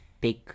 big